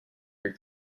your